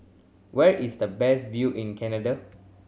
where is the best view in Canada